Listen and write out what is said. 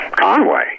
Conway